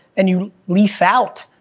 and you lease out.